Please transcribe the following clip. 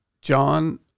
John